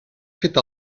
fet